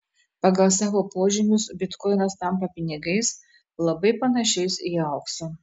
pagal savo požymius bitkoinas tampa pinigais labai panašiais į auksą